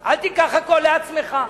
אל תיקח הכול לעצמך.